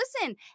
listen